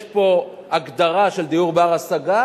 יש פה הגדרה של דיור בר-השגה,